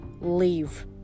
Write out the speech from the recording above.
leave